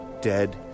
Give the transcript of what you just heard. dead